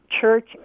church